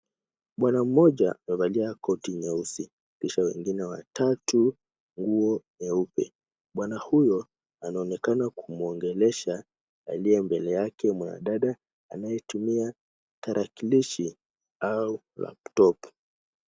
Bwana mmoja amevalia koti nyeusi, kisha wengine watatu nguo nyeupe. Bwana huyo anaonekana kumuongelesha aliye mbele yake mwanadada, anayetumia tarakilishi au laptop .